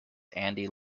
andy